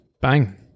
Bang